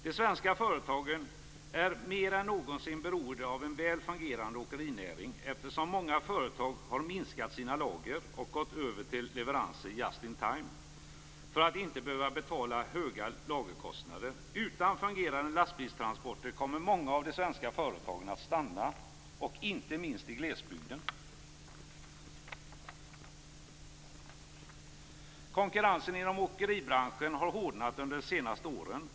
De svenska företagen är mer än någonsin beroende av en väl fungerande åkerinäring, eftersom många företag har minskat sina lager och gått över till leveranser just in time för att inte behöva betala höga lagerkostnader. Utan fungerande lastbilstransporter skulle många av de svenska företagen stanna, inte minst i glesbygden. Konkurrensen inom åkeribranschen har hårdnat under de senaste åren.